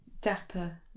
dapper